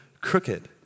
crooked